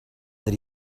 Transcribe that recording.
that